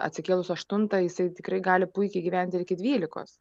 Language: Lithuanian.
atsikėlus aštuntą jisai tikrai gali puikiai gyventi ir iki dvylikos